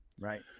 Right